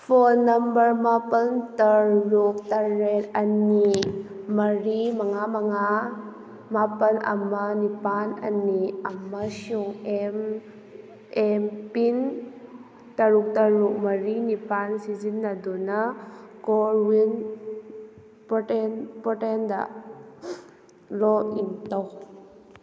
phone number ꯃꯥꯄꯜ ꯇꯔꯨꯛ ꯇꯔꯦꯠ ꯑꯅꯤ ꯃꯔꯤ ꯃꯉꯥ ꯃꯉꯥ ꯃꯥꯄꯜ ꯑꯃ ꯅꯤꯄꯥꯜ ꯑꯅꯤ ꯑꯃꯁꯨꯡ ꯑꯦꯝꯄꯤꯟ ꯇꯔꯨꯛ ꯇꯔꯨꯛ ꯃ ꯅꯤꯔꯤꯄꯥꯜ ꯁꯤꯖꯤꯟꯅꯗꯨꯅ ꯀꯣꯋꯤꯟ ꯄꯣꯔꯇꯦꯟ ꯄꯣꯔꯇꯦꯟꯗ ꯂꯣꯛꯏꯟ ꯇꯧ